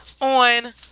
on